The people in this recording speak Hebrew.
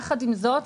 יחד עם זאת,